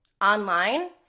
online